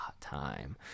time